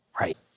Right